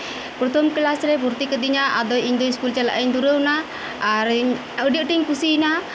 ᱯᱨᱚᱛᱷᱚᱢ ᱠᱞᱟᱥ ᱨᱮᱭ ᱵᱷᱩᱨᱛᱤ ᱠᱟᱹᱫᱤᱧᱟ ᱟᱫᱚ ᱤᱧ ᱫᱚ ᱤᱥᱠᱩᱞ ᱪᱟᱞᱟᱜ ᱤᱧ ᱫᱷᱩᱨᱟᱹᱣᱮᱱᱟ ᱟᱨ ᱤᱧ ᱟᱹᱰᱤ ᱟᱸᱴᱤᱧ ᱠᱩᱥᱤᱭᱮᱱᱟ